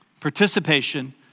participation